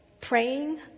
praying